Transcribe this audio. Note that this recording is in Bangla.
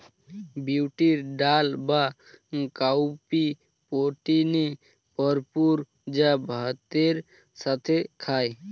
বিউলির ডাল বা কাউপি প্রোটিনে ভরপুর যা ভাতের সাথে খায়